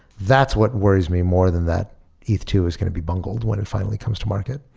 that's what worries me more than that eth too is going to be bungled when it finally comes to market.